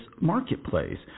marketplace